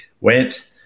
went